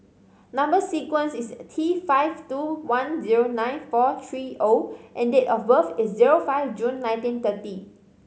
number sequence is T five two one zero nine four three O and date of birth is zero five June nineteen thirty